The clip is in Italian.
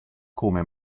come